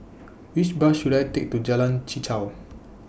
Which Bus should I Take to Jalan Chichau